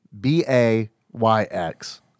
B-A-Y-X